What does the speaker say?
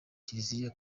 kiliziya